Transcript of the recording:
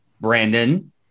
Brandon